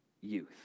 youth